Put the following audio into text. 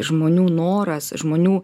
žmonių noras žmonių